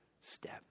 step